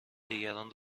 دیگران